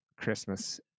Christmas